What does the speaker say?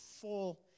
full